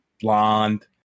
blonde